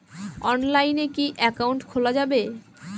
অনলাইনে কি অ্যাকাউন্ট খোলা যাবে?